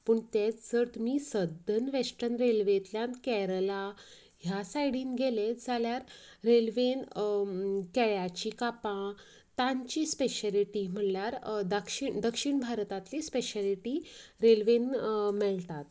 पूण तेच जर तुमी सदन वेस्टर्न रेल्वेंतल्यान केरळा ह्या सायडीन गेले जाल्या रेल्वेन केळ्याचीं कापां तांची स्पेशलिटी म्हळ्यार दक दक्षिण भारतांतली स्पेशलिटी रेल्वेंत मेळटा